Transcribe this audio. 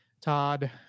Todd